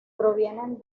provienen